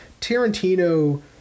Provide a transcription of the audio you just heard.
Tarantino